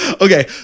Okay